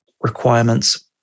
requirements